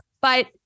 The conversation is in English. But-